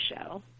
show